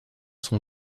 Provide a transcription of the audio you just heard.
son